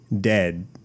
dead